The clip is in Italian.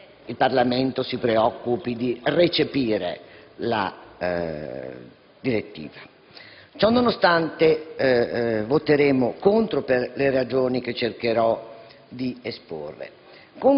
il Parlamento si preoccupi di recepire la direttiva; ciò nonostante voteremo contro, per le ragioni che cercherò di esporre,